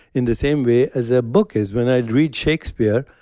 in the same way as a book is. when i read shakespeare,